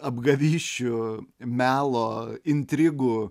apgavysčių melo intrigų